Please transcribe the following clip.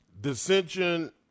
dissension